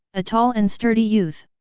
a tall and sturdy youth,